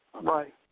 Right